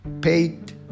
paid